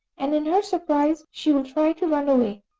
and in her surprise, she will try to run away.